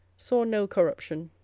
saw no corruption.